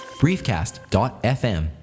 briefcast.fm